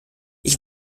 ich